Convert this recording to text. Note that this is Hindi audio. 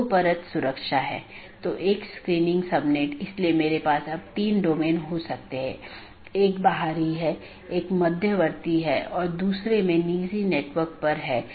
एक गैर मान्यता प्राप्त ऑप्शनल ट्रांसिटिव विशेषता के साथ एक पथ स्वीकार किया जाता है और BGP साथियों को अग्रेषित किया जाता है